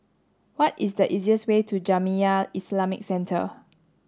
what is the easiest way to Jamiyah Islamic Centre